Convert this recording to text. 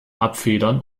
abfedern